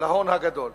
להון הגדול,